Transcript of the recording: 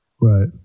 Right